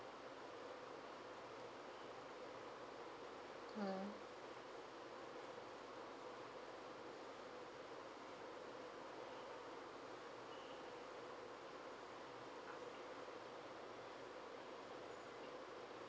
mm